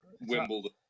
Wimbledon